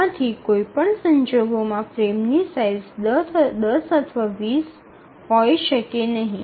આમાંથી કોઈ પણ સંજોગોમાં ફ્રેમની સાઇઝ ૧0 અથવા ૨0 હોઇ શકે નહીં